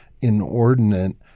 inordinate